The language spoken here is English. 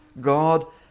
God